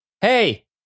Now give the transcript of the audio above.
Hey